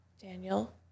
Daniel